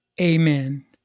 Amen